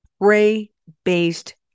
prey-based